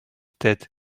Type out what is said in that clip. that